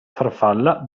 farfalla